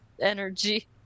energy